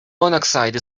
monoxide